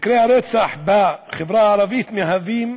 מקרי הרצח בחברה הערבית מהווים